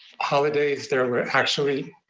holidays, there were actually